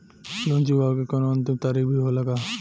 Loan चुकवले के कौनो अंतिम तारीख भी होला का?